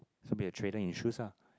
so be a you choose ah